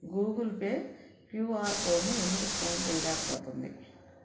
Google Pay QR కోడ్ను ఎందుకు scan చేయలేకపోతుంది